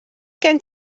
gen